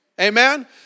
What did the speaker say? Amen